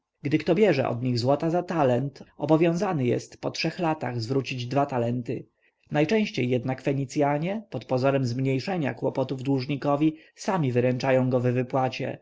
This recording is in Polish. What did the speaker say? gdy kto bierze od nich złota za talent obowiązany jest po trzech latach zwrócić dwa talenty najczęściej jednak fenicjanie pod pozorem zmniejszenia kłopotów dłużnikowi sami wyręczają go w wypłacie